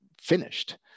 finished